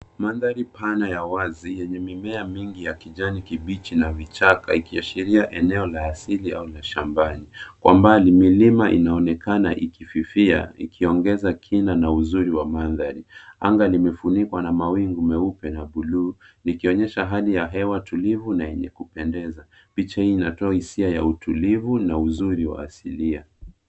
Manthari pana ya wazi yenye mimea mingi ya kijani kibichi na vichaka ikiashiria eneo la asili au shambani. Kwa umbali milima inaonekana ikififia ikiongeza kina na uzuri wa mandhari. Anga limefunikwa na mawingu meupe na buluu likionyesha hali ya hewa tulivu na yenye kupendeza. Picha inatoa hisia ya utulivu na uzuri wa asilia.